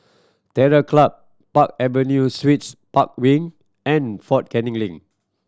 Terror Club Park Avenue Suites Park Wing and Fort Canning Link